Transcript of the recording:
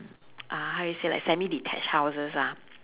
uh how you say like semi detached houses lah